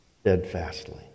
steadfastly